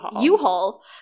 U-Haul